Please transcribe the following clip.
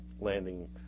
landing